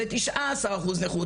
זה 19 אחוז נכות,